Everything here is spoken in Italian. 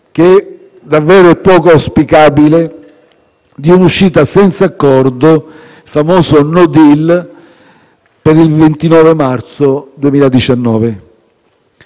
che davvero è poco auspicabile, di un'uscita senza accordo (il famoso *no deal*) per il 29 marzo 2019.